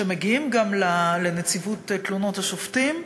שמגיעים גם לנציבות תלונות הציבור על שופטים.